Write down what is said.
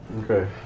Okay